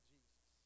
Jesus